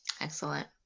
Excellent